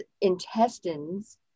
intestines